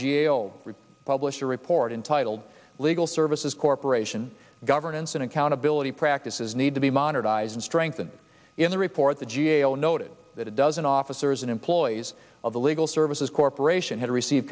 o published a report in titled legal services corporation governance and accountability practices need to be monitored eyes and strengthened in the report the g a o noted that a dozen officers and employees of the legal services corporation had received